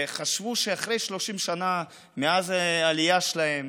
שאחרי 30 שנה מאז העלייה שלהם